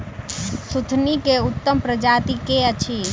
सुथनी केँ उत्तम प्रजाति केँ अछि?